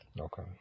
Okay